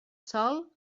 sol